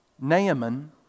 Naaman